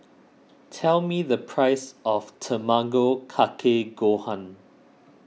tell me the price of Tamago Kake Gohan